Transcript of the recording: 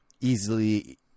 easily